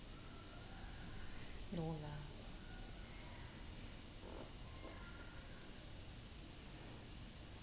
no lah